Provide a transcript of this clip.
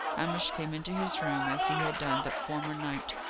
hamish came into his room as he had done that former night,